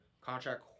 Contract